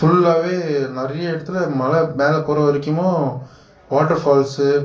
ஃபுல்லாகவே நிறைய இடத்துல மலை மேலே போகிற வரைக்கும் வாட்ரு ஃபால்ஸ்சு